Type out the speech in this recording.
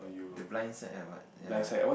the blind side ah but ya